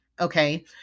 Okay